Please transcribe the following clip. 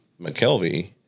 McKelvey